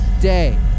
day